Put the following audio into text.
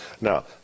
Now